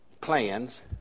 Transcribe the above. plans